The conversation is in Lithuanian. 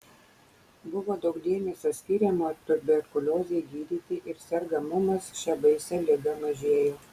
buvo daug dėmesio skiriama tuberkuliozei gydyti ir sergamumas šia baisia liga mažėjo